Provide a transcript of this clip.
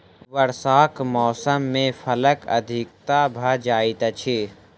वर्षाक मौसम मे फलक अधिकता भ जाइत अछि